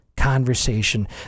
conversation